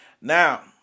now